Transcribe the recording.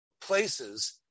places